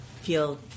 feel